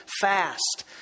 fast